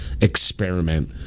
experiment